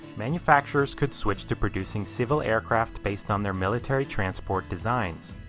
manufacturers could switch to producing civil aircraft based on their military transport designs.